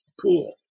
pool